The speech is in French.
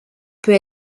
peut